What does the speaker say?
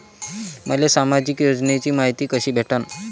मले सामाजिक योजनेची मायती कशी भेटन?